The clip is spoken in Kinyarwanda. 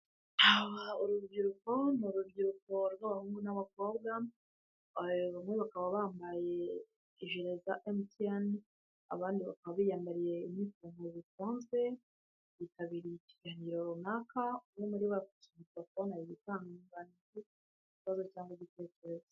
urubyiruko ni urubyiruko rw'abahungu n'abakobwa, bamwe bakaba bambaye ijire za MTN, abandi bakaba biyambariye ibintu bisanzwe, bitabiriye ikiganiro runaka, umwe muri bo akaba afashe mikoro, ari gutanga amakuru ku kibazo cyangwa igitekerezo.